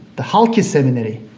the halki seminary,